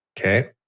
okay